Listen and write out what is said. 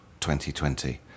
2020